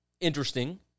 interesting